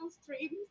streams